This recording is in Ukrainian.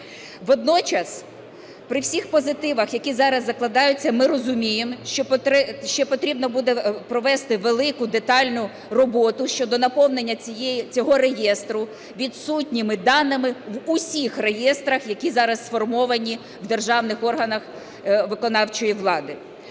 Водночас при всіх позитивах, які зараз закладаються, ми розуміємо, що потрібно буде провести велику, детальну роботу щодо наповнення цього реєстру відсутніми даними в усіх реєстрах, які зараз сформовані в державних органах виконавчої влади.